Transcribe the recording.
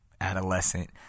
adolescent